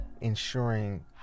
Ensuring